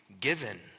given